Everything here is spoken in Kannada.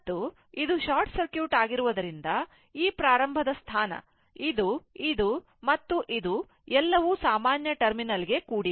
ಮತ್ತು ಇದು ಶಾರ್ಟ್ ಸರ್ಕ್ಯೂಟ್ ಆಗಿರುವುದರಿಂದ ಈ ಪ್ರಾರಂಭದ ಸ್ಥಾನ ಇದು ಇದು ಇದು ಇದು ಎಲ್ಲವೂ ಸಾಮಾನ್ಯ ಟರ್ಮಿನಲ್ ಗೆ ಕೂಡಿವೆ